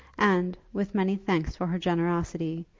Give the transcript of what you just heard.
and, with many thanks for her generosity,